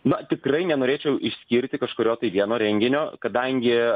na tikrai nenorėčiau išskirti kažkurio tai vieno renginio kadangi